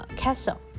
castle，